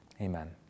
Amen